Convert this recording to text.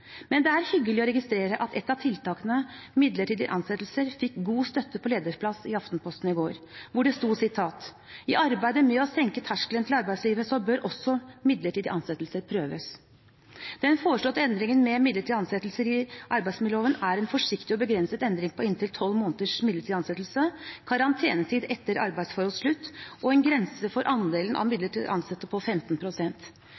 Men det er hyggelig å registrere at et av tiltakene, midlertidige ansettelser, fikk god støtte på lederplass i Aftenposten i går, hvor det sto: «I arbeidet med å senke terskelen til arbeidslivet bør også midlertidige ansettelser prøves.» Den foreslåtte endringen med midlertidige ansettelser i arbeidsmiljøloven er en forsiktig og begrenset endring på inntil 12 måneders midlertidig ansettelse, karantenetid etter arbeidsforholdets slutt og en grense for andelen midlertidige ansettelser på 15 pst. Det innebærer slett ingen rasering av